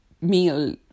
meal